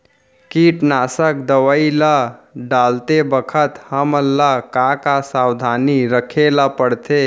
कीटनाशक दवई ल डालते बखत हमन ल का का सावधानी रखें ल पड़थे?